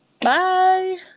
Bye